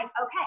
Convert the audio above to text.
okay